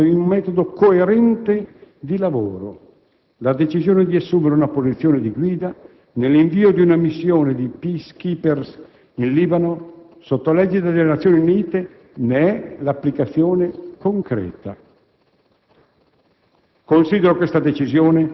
Non si tratta di retorica, ma di un metodo coerente di lavoro: la decisione di assumere una posizione di guida nell'invio di una missione di *peace-keepers* in Libano sotto l'egida delle Nazioni Unite ne è un'applicazione concreta.